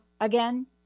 again